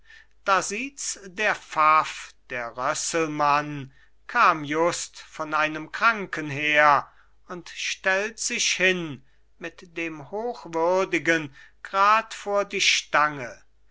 da sieht's der pfaff der rösselman kam just von einem kranken her und stellt sich hin mit dem hochwürdigen grad vor die stange